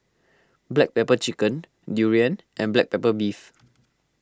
Black Pepper Chicken Durian and Black Pepper Beef